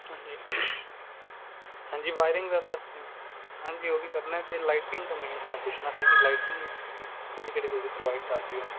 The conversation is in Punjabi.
ਹਾਂਜੀ ਹਾਂਜੀ ਵਾਇਰਿੰਗ ਦਾ ਤਾਂ ਹ ਹਾਂਜੀ ਉਹ ਵੀ ਕਰਨਾ ਅਤੇ ਲਾਈਟਿੰਗ ਦਾ ਮੇਨ ਮੈਂ ਪੁੱਛਣਾ ਸੀ ਵੀ ਲਾਈਟਿੰਗ ਕਿਹੜੀ ਕਿਹੜੀ ਤੁਸੀਂ ਪ੍ਰੋਵਾਈਡ ਕਰਦੇ ਹੋ